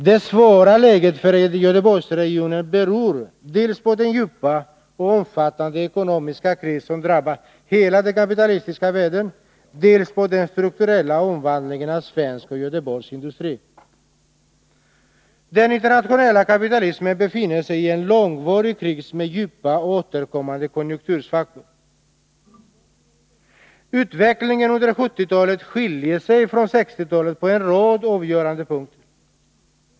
Det svåra läget för Göteborgsregionen beror dels på den djupa och omfattande ekonomiska kris som drabbat hela den kapitalistiska världen, dels på den strukturella omvandlingen av svensk och göteborgsk industri. Den internationella kapitalismen befinner sig i en långvarig kris med djupa återkommande konjunktursvackor. Utvecklingen under 1970-talet skiljer sig från 1960-talets på en rad avgörande punkter.